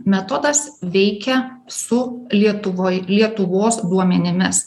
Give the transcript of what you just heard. metodas veikia su lietuvoj lietuvos duomenimis